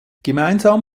gemeinsam